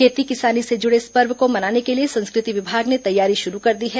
खेती किसानी से जुड़े इस पर्व को मनाने के लिए संस्कृति विभाग ने तैयारी शुरू कर दी है